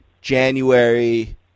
January